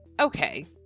okay